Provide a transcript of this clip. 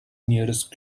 nearest